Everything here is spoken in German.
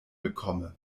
bekomme